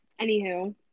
Anywho